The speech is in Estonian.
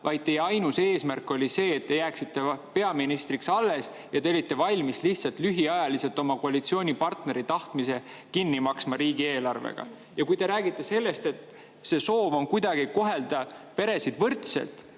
vaid teie ainus eesmärk oli see, et te jääksite peaministriks, ja te olite valmis lihtsalt lühiajaliselt oma koalitsioonipartneri tahtmist kinni maksma riigieelarvega. Ja kui te räägite sellest, et soov on kohelda peresid võrdselt,